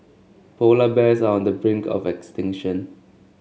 polar bears are on the brink of extinction